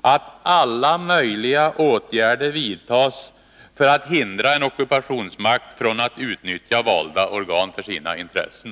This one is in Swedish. att alla möjliga åtgärder vidtas för att hindra en ockupationsmakt från att utnyttja valda organ för sina intressen.